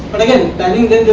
but again banning them,